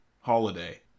holiday